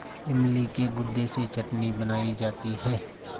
इमली के गुदे से चटनी बनाई जाती है